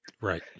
right